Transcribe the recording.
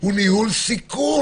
הוא ניהול סיכון.